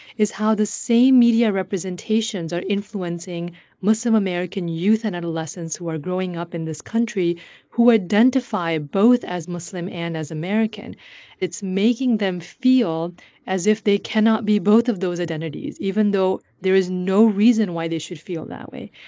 is how the same media representations are influencing muslim-american youth and adolescents who are growing up in this country who identify both as muslim and as american it's making them feel as if they cannot be both of those identities, even though there is no reason why they should feel that way.